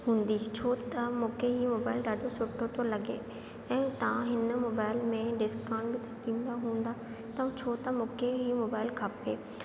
हूंदी छो त मूंखे इहो मोबाइल ॾाढो सुठो थो लॻे ऐं तव्हां हिन मोबाइल में डिस्काउट बि त ॾींदा हूंदा त व्ह्हो त मूंखे इहो मोबाइल खपे